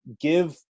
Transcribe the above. give